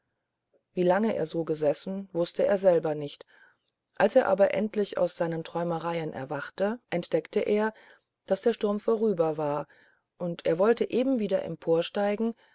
wie lange er so gesessen wußte er selber nicht als er aber endlich aus seinen träumereien erwachte entdeckte er daß der sturm vorüber war und er wollte eben wieder emporsteigen